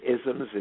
isms